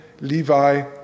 Levi